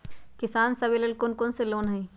किसान सवे लेल कौन कौन से लोने हई?